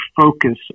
focus